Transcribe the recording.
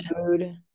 food